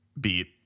Beat